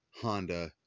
Honda